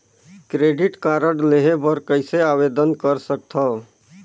Credit card लेहे बर कइसे आवेदन कर सकथव?